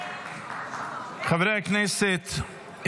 חברי הכנסת,